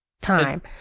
time